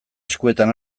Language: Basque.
eskuetan